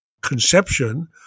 conception